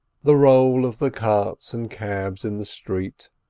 the roll of the carts and cabs in the street,